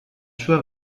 sua